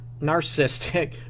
narcissistic